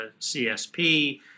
CSP